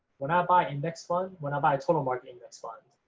when i buy index funds, when i buy total market index funds,